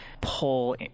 pull